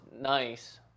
nice